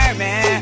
man